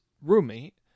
roommate